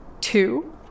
Two